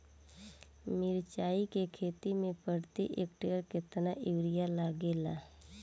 मिरचाई के खेती मे प्रति एकड़ केतना यूरिया लागे ला?